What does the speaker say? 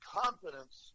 confidence